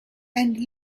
and